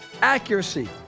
Accuracy